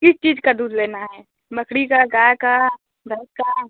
किस चीज का दूध लेना है बकरी का गाय का भैंस का